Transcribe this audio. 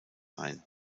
ein